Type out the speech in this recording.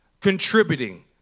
contributing